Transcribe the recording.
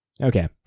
Okay